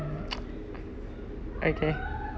okay